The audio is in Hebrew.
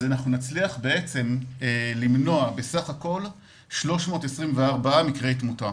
אז נצליח למנוע בסך הכול 324 מקרי תמותה.